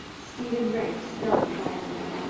stephen ray started violently.